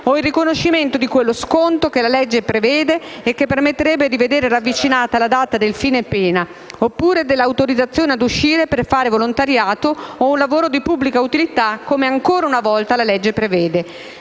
o il riconoscimento di quello sconto che la legge prevede e che permetterebbe di vedere ravvicinata la data del fine pena, oppure dell'autorizzazione ad uscire per fare volontariato o un lavoro di pubblica utilità, come - ancora una volta - la legge prevede.